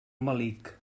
melic